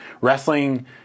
wrestling